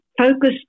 focus